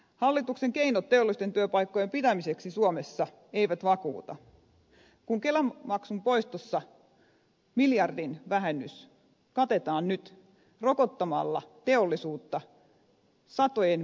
hallituksen keinot teollisten työpaikkojen pitämiseksi suomessa eivät vakuuta kun kelamaksun poistossa syntynyt miljardin vähennys katetaan nyt rokottamalla teollisuutta satojen miljoonien energiaveroilla